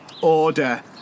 order